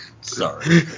Sorry